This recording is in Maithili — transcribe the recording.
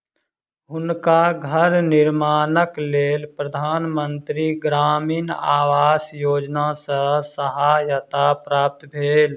हुनका घर निर्माणक लेल प्रधान मंत्री ग्रामीण आवास योजना सॅ सहायता प्राप्त भेल